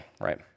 Right